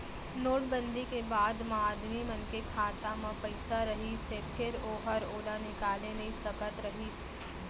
note बंदी के बाद म आदमी मन के खाता म पइसा रहिस हे फेर ओहर ओला निकाले नइ सकत रहिस